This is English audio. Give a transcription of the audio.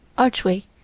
archway